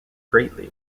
greatly